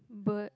bird